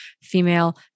female